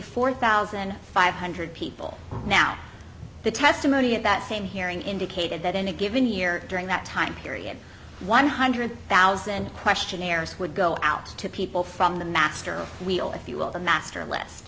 four thousand five hundred people now the testimony of that same hearing indicated that in a given year during that time period one hundred thousand questionnaires would go out to people from the master wheel if you will the master list